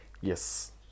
yes